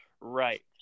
right